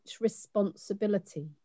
responsibility